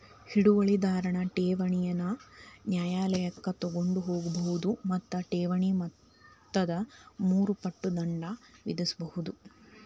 ಹಿಡುವಳಿದಾರನ್ ಠೇವಣಿನ ನ್ಯಾಯಾಲಯಕ್ಕ ತಗೊಂಡ್ ಹೋಗ್ಬೋದು ಮತ್ತ ಠೇವಣಿ ಮೊತ್ತದ ಮೂರು ಪಟ್ ದಂಡ ವಿಧಿಸ್ಬಹುದು